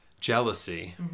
jealousy